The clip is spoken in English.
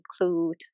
include